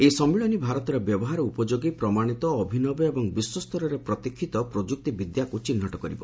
ଏହି ସମ୍ମିଳନୀ ଭାରତରେ ବ୍ୟବହାର ଉପଯୋଗୀ ପ୍ରମାଣିତ ଅଭିନବ ଏବଂ ବିଶ୍ୱସ୍ତରରେ ପ୍ରତିଷ୍ଠିତ ପ୍ରଯ୍ରକ୍ତିବିଦ୍ୟାକୃ ଚିହ୍ରଟ କରିବ